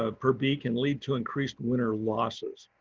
ah per bee can lead to increased winter losses.